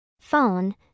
Phone